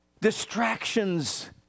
Distractions